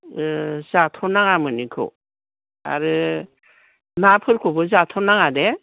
ओ जाथ'नाङामोन एखौ आरो नाफोरखौबो जाथ' नाङा दे